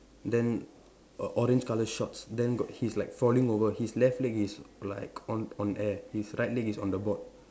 then a orange colour shorts then got he's like falling over his left leg is like on on air his right leg is on the board